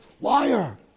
Liar